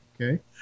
Okay